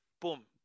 boom